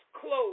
close